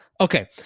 Okay